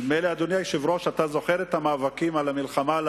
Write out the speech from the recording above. אדוני היושב-ראש, נדמה לי